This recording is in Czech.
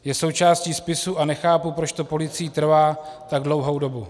Je součástí spisu a nechápu, proč to policii trvá tak dlouhou dobu.